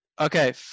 Okay